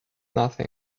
nothing